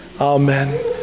Amen